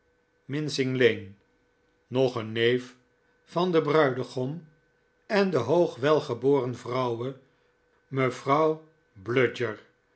mincing lane nog een neef van den bruidegom en de hoogwelgeboren vrouwe mevrouw bludyer